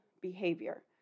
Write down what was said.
behavior